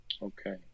Okay